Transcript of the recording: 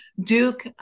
Duke